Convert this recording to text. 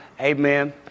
Amen